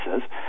says